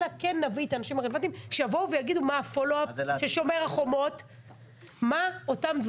אלא נביא את האנשים הרלוונטיים שיגידו מה אותם דברים